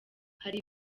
hari